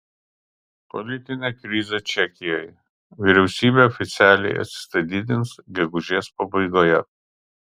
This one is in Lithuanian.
politinė krizė čekijoje vyriausybė oficialiai atsistatydins gegužės pabaigoje